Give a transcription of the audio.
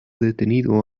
detenido